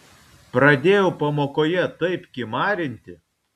pradėjau pamokoje taip kimarinti